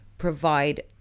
Provide